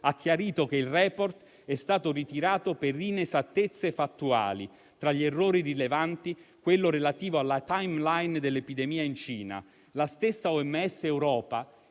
ha chiarito che il *report* è stato ritirato per inesattezze fattuali; tra gli errori rilevanti, quello relativo alla *timeline* dell'epidemia in Cina. La stessa OMS Europa,